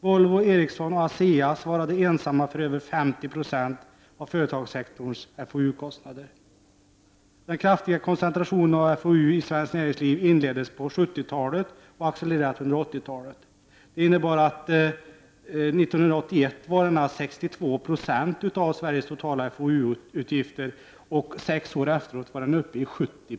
Volvo, Ericsson och Asea svarade ensamma för över 50 96 av företagssektorns FoU-kostnader. Den kraftiga koncentrationen av FoU i svenskt näringsliv inleddes på 1970 talet och har accelererat under 1980-talet. Det innebär att 1981 var den 62 96 av Sveriges totala FoU-utgifter och 1987 var den uppe i 70 90.